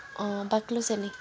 अँ बाक्लो छ नि